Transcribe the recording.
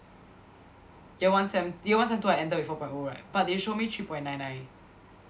year one sem year one sem two I ended with four point O right but they show me three point nine nine